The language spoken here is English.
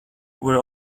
were